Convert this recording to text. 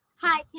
hi